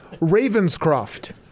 Ravenscroft